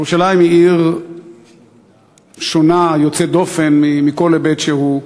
ירושלים היא עיר שונה, יוצאת דופן, מכל היבט שהוא,